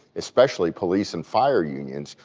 especially police and fire unions,